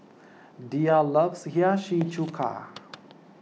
Diya loves Hiyashi Chuka